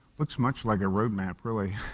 looks much like a roadmap really,